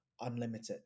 unlimited